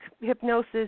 hypnosis